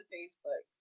Facebook